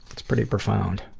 that's pretty profound.